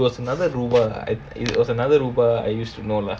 no no no i~ i~ it was another ruba i~ it was another ruba I used to know lah